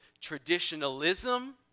Traditionalism